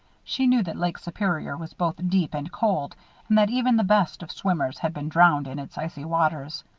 she knew that lake superior was both deep and cold and that even the best of swimmers had been drowned in its icy waters.